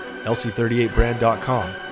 LC38brand.com